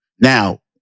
Now